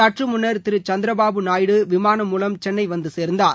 சற்றமுன்னர் திரு சந்திரபாபு நாயுடு விமானம் மூலம் சென்னை வந்து சேர்ந்தார்